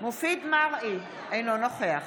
מופיד מרעי, אינו נוכח